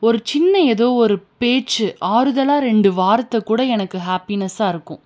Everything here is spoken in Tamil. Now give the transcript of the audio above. ஒரு சின்ன ஏதோ ஒரு பேச்சு ஆறுதலாக ரெண்டு வார்த்தை கூட எனக்கு ஹாப்பினஸாயிருக்கும்